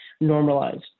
normalized